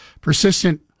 persistent